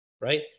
right